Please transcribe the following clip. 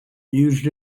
used